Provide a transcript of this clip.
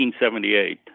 1978